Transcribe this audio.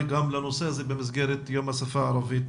גם לנושא הזה במסגרת יום השפה הערבית